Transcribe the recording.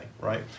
right